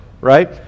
right